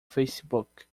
facebook